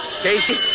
Casey